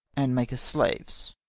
and make us slaves.